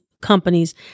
companies